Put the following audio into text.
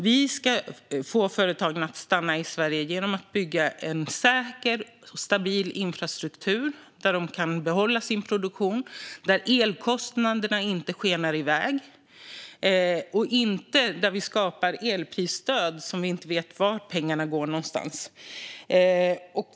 Vi ska få företagen att stanna i Sverige genom att bygga en säker och stabil infrastruktur där de kan behålla sin produktion och där elkostnaderna inte skenar iväg. Vi ska inte skapa ett elprisstöd där vi inte vet vart pengarna går någonstans.